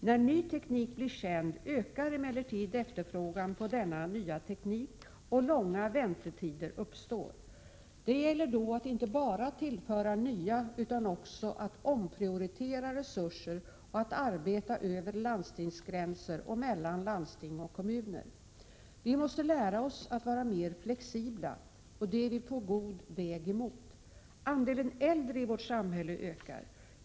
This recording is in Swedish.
När ny teknik blir känd ökar emellertid efterfrågan på denna nya teknik, och långa väntetider uppstår. Det gäller då att inte bara tillföra nya utan också att omprioritera resurser och att arbeta över landstingsgränser och mellan landsting och kommuner. Vi måste lära oss att vara mer flexibla — och det är vi på god väg emot. Andelen äldre i vårt samhälle ökar.